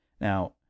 Now